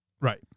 Right